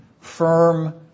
firm